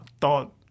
thought